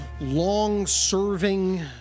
long-serving